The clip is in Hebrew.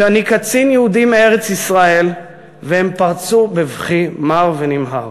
"שאני קצין יהודי מארץ-ישראל והם פרצו בבכי מר ונמהר."